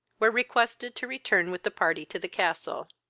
were requested to return with the party to the castle.